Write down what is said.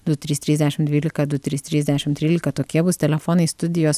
du trys trys dešim dvylika du trys trys dešim trylika tokie bus telefonai studijos